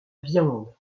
viande